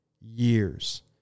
years